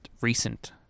recent